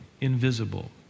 invisible